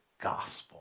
gospel